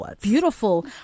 Beautiful